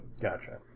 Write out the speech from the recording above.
Gotcha